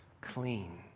clean